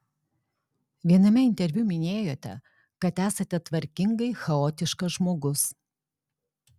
viename interviu minėjote kad esate tvarkingai chaotiškas žmogus